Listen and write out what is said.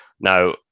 Now